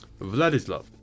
Vladislav